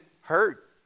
hurt